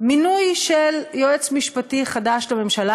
מינוי של יועץ משפטי חדש לממשלה.